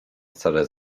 wcale